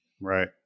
right